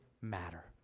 matter